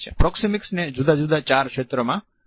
proxemics ને જુદા જુદા ચાર ક્ષેત્ર માં વહેંચવામાં આવે છે